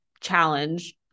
challenge